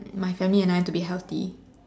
my family and I to be healthy